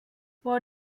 what